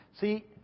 See